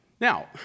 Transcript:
Now